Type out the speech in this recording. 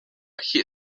hissing